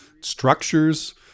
structures